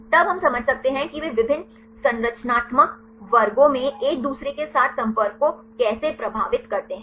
तब हम समझ सकते हैं कि वे विभिन्न संरचनात्मक वर्गों में एक दूसरे के साथ संपर्क को कैसे प्रभावित करते हैं